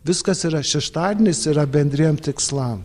viskas yra šeštadienis yra bendriem tikslam